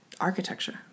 architecture